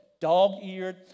dog-eared